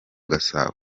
gasabo